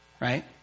right